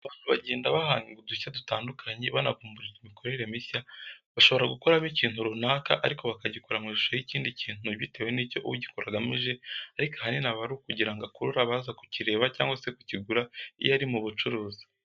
Abantu bagenda bahanga udushya dutandukanye banavumbura imikorere mishya, bashobora gukoramo ikintu runaka ariko bakagikora mu ishusho y'ikindi kintu bitewe n'icyo ugikora agamije ariko ahanini aba ari ukugira ngo akurure abaza kukireba cyangwa se kukigura iyo ari mu bucuruzi.